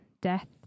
death